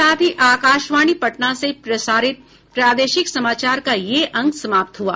इसके साथ ही आकाशवाणी पटना से प्रसारित प्रादेशिक समाचार का ये अंक समाप्त हुआ